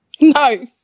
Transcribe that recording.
No